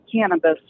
cannabis